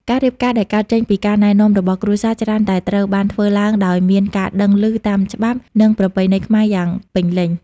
ការរៀបការដែលកើតចេញពីការណែនាំរបស់គ្រួសារ ច្រើនតែត្រូវបានធ្វើឡើងដោយមានការដឹងឮតាមច្បាប់ និងប្រពៃណីខ្មែរយ៉ាងពេញលេញ។